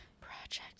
Project